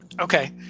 Okay